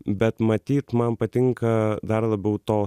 bet matyt man patinka dar labiau to